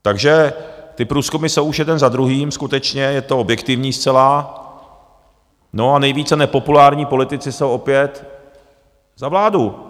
Takže ty průzkumy jsou už jeden za druhým, skutečně je to objektivní zcela, a nejvíce nepopulární politici jsou opět za vládu.